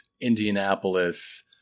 Indianapolis